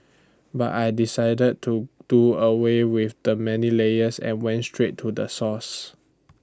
but I decided to do away with the many layers and went straight to the source